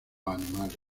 animales